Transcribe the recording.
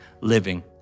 living